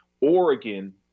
Oregon